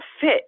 fit